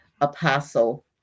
apostle